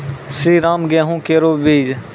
श्रीराम गेहूँ केरो बीज?